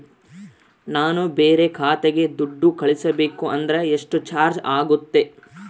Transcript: ನಾನು ಬೇರೆ ಖಾತೆಗೆ ದುಡ್ಡು ಕಳಿಸಬೇಕು ಅಂದ್ರ ಎಷ್ಟು ಚಾರ್ಜ್ ಆಗುತ್ತೆ?